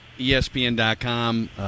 ESPN.com